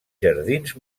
jardins